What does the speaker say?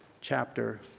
chapter